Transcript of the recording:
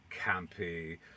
campy